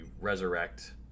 resurrect